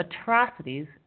Atrocities